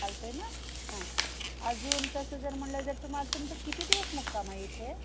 चालत आहे ना हां अजून तसं जर म्हणलं जर तुम्हाला तुमचा किती दिवस मुक्काम आहे इथे